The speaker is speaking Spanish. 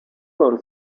con